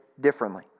differently